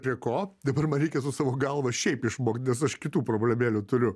prie ko dabar man reikia su savo galva šiaip išmokt nes aš kitų problemėlių turiu